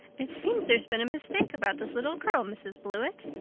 it seems there's been a mistake about this little girl, mrs. blewett,